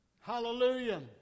Hallelujah